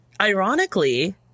ironically